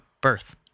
birth